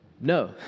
No